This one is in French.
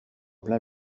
plein